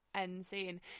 insane